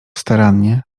starannie